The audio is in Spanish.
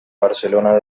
barcelona